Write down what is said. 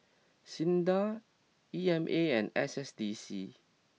Sinda E M A and S S D C